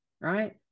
right